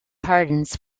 hardens